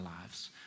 lives